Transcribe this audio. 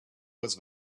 was